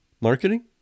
marketing